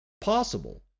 possible